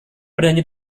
bernyanyi